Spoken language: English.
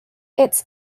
its